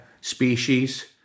species